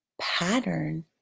pattern